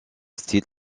style